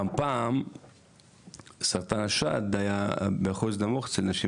גם פעם סרטן השד היה באחוז נמוך אצל נשים